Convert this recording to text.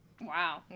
wow